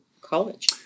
college